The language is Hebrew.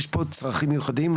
יש פה צרכים מיוחדים,